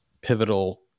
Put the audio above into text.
pivotal